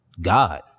God